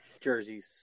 jerseys